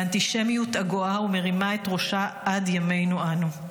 באנטישמיות הגואה ומרימה את ראשה עד ימינו אנו.